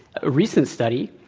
a recent study,